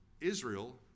Israel